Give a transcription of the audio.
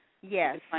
Yes